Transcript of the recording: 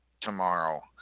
tomorrow